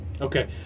Okay